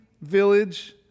village